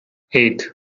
eight